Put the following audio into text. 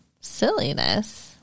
Silliness